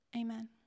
Amen